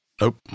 nope